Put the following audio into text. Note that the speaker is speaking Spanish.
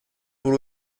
por